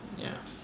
ya